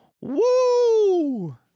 Woo